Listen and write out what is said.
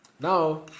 Now